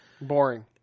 Boring